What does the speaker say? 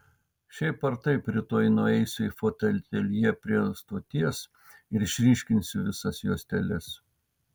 šiaip ar taip rytoj nueisiu į fotoateljė prie stoties ir išryškinsiu visas juosteles